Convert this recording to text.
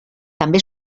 també